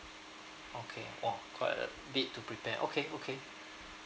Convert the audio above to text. okay !wah! quite a bit to prepare okay okay